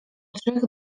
trzech